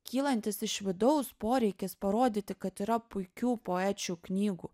kylantis iš vidaus poreikis parodyti kad yra puikių poečių knygų